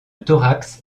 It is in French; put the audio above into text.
thorax